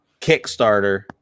Kickstarter